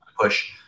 push